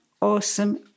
awesome